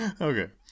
Okay